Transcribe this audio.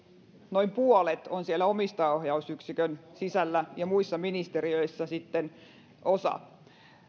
noin puolet on siellä omistajaohjausyksikön sisällä ja muissa ministeriöissä sitten osa